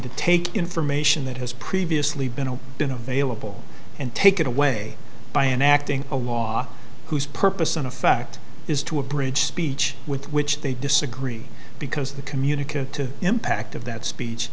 to take information that has previously been a been available and taken away by enacting a law whose purpose in effect is to abridge speech with which they disagree because the communicative impact of that speech